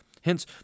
Hence